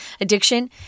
addiction